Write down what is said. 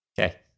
Okay